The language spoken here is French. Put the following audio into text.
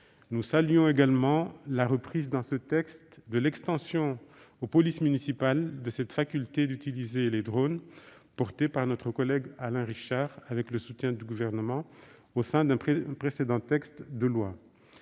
Nous saluons également la reprise dans ce texte de l'extension aux polices municipales de la faculté d'utiliser des drones, portée par notre collègue Alain Richard avec le soutien du Gouvernement au sein d'un précédent texte de loi.